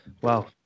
Wow